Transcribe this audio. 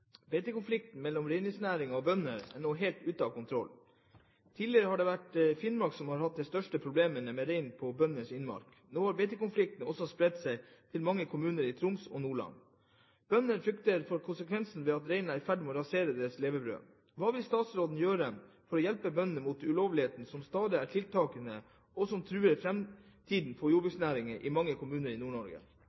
har hatt de største problemene med rein på bøndenes innmark. Nå har beitekonflikten også spredt seg til mange kommuner i Troms og Nordland. Bønder frykter for konsekvensen ved at reinen er i ferd med å rasere deres levebrød. Hva vil statsråden gjøre for å hjelpe bøndene mot ulovlighetene som stadig er tiltagende, og som truer fremtiden for jordbruksnæringen i mange kommuner i